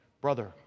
Brother